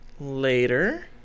later